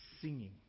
singing